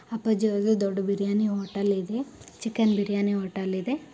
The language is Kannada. ಅಪ್ಪಾಜಿ ಅವ್ರದ್ದು ದೊಡ್ಡ ಬಿರಿಯಾನಿ ಹೋಟಲ್ ಇದೆ ಚಿಕನ್ ಬಿರಿಯಾನಿ ಹೋಟಲ್ ಇದೆ